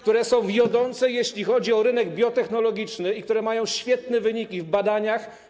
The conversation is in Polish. które są wiodące, jeśli chodzi o rynek biotechnologiczny, i które mają świetne wyniki w badaniach.